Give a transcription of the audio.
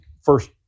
First